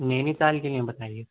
نینی تال کے لیے بتائیے